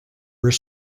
were